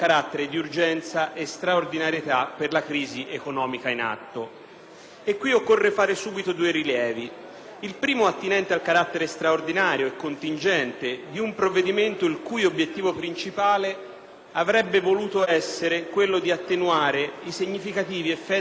E qui occorre fare subito due rilievi. Il primo riguarda, innanzitutto, il carattere straordinario e contingente di un provvedimento il cui obiettivo principale avrebbe voluto essere quello di attenuare i significativi effetti che la crisi finanziaria internazionale sta cominciando a far sentire